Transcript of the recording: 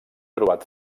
trobat